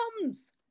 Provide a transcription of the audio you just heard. comes